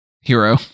Hero